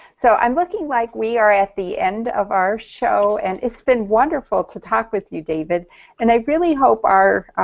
so i'm looking like we are at the end of our show, and its been wonderful to talk with you david and i really hope our